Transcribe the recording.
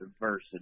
diversity